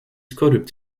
corrupt